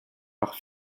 par